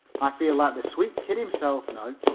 i feel like the sweet kid himself now.